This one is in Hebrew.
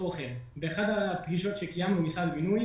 באחת הפגישות שקיימנו עם משרד הבינוי